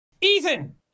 Ethan